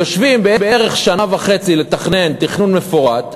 יושבים בערך שנה וחצי לתכנן תכנון מפורט,